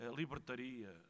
libertaria